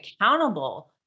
accountable